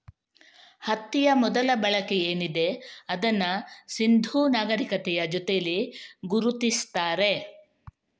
ಹತ್ತಿಯ ಮೊದಲ ಬಳಕೆ ಏನಿದೆ ಅದನ್ನ ಸಿಂಧೂ ನಾಗರೀಕತೆಯ ಜೊತೇಲಿ ಗುರುತಿಸ್ತಾರೆ